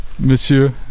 Monsieur